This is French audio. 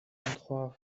trois